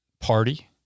party